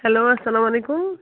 hello اَسلامُ علیکُم